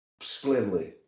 Slimly